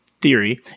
theory